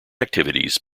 activities